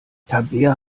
tabea